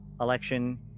election